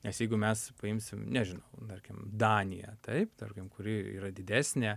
nes jeigu mes paimsim nežinau tarkim daniją taip tarkim kuri yra didesnė